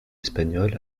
espagnole